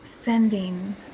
sending